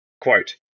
Quote